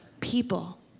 People